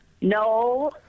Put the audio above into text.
No